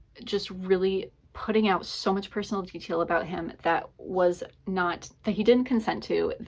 just really putting out so much personal detail about him that was not, that he didn't consent to,